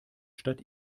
stadt